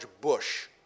bush